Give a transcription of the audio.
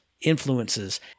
influences